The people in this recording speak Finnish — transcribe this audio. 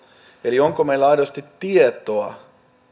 eli onko meidän yhteisöillä aidosti tietoa